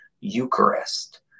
Eucharist